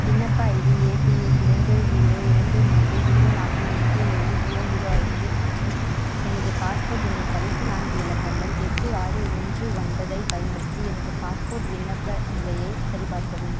விண்ணப்ப ID APL இரண்டு zero இரண்டு மூன்று ஜீரோ நான்கு ஒன்று ஏழு ஜீரோ ஜீரோ ஐந்து மற்றும் எனது பாஸ்போர்ட் எண்ணின் கடைசி நான்கு இலக்கங்கள் எட்டு ஆறு ஒன்று ஒன்பதைப் பயன்படுத்தி எனது பாஸ்போர்ட் விண்ணப்ப நிலையை சரிபார்க்கவும்